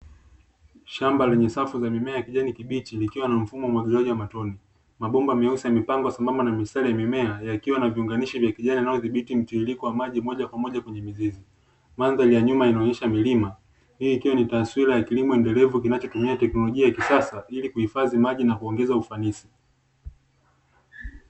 Shamba lenye safu za mimea ya kijani kibichi ikiwa na mfumo wa umwagiliaji wa matone, mabomba meusi yamepambwa sambamba na mistari ya mimea ikiwa na viunganishi vya kijani kibichi, mtiririko wa maji moja kwa moja kwenye mizizi. Mandhari ya nyuma inaonyesha milima. Hii ikiwa ni taswira ya kilimo endelevu kinachotumia teknolojia ya kisasa ili kuhifadhi maji na kuongeza ufanisi.